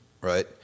right